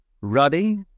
ruddy